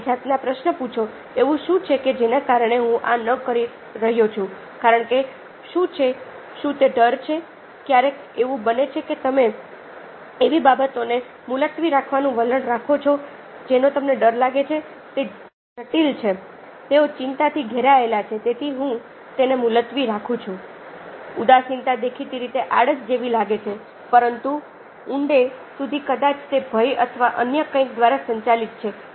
તમારી જાતને આ પ્રશ્ન પૂછો એવું શું છે કે જેના કારણે હું આ ન કરી રહ્યો છું કારણો શું છે શું તે ડર છે ક્યારેક એવું બને છે કે તમે એવી બાબતોને મુલતવી રાખવાનું વલણ રાખો છો જેનો તમને ડર લાગે છે તે જટિલ છે તેઓ ચિંતાથી ઘેરાયેલા છે તેથી હું તેને મુલતવી રાખું છું ઉદાસીનતા દેખીતી રીતે આળસ જેવી લાગે છે પરંતુ ના ઊંડે સુધી કદાચ તે ભય અથવા અન્ય કંઈક દ્વારા સંચાલિત છે